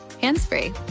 hands-free